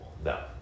No